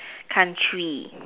country